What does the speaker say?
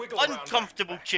uncomfortable